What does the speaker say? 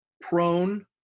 prone